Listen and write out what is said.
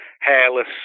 hairless